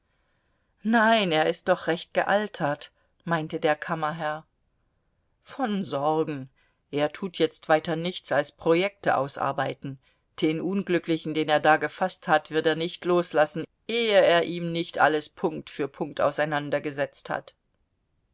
nein er ist doch recht gealtert meinte der kammerherr von sorgen er tut jetzt weiter nichts als projekte ausarbeiten den unglücklichen den er da gefaßt hat wird er nicht loslassen ehe er ihm nicht alles punkt für punkt auseinandergesetzt hat